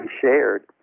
shared